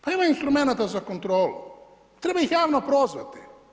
Pa imaju instrumenata za kontrolu, treba ih javno prozvati.